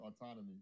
autonomy